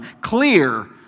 clear